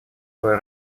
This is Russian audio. свою